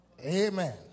Amen